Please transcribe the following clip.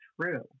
true